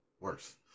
worse